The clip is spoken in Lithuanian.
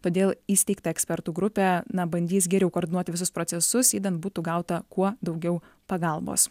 todėl įsteigta ekspertų grupė na bandys geriau koordinuoti visus procesus idant būtų gauta kuo daugiau pagalbos